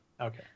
Okay